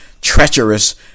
treacherous